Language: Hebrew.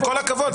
עם כל הכבוד,